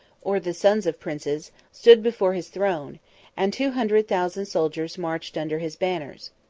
or the sons of princes, stood before his throne and two hundred thousand soldiers marched under his banners.